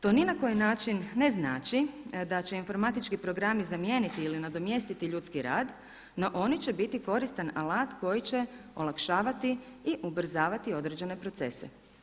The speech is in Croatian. To ni na koji način ne znači da će informatički programi zamijeniti ili nadomjestiti ljudski rad, no oni će biti koristan alat koji će olakšavati i ubrzavati određene procese.